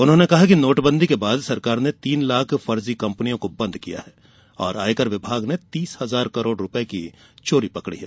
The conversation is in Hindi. उन्होंने कहा कि नोटबंदी के बाद सरकार ने तीन लाख फर्जी कंपनियों को बंद किया है और आयकर विभाग ने तीस हजार करोड़ रूपये की चोरी पकड़ी है